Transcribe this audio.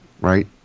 right